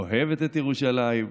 אוהבת את ירושלים,